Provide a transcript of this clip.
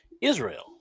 Israel